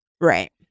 Right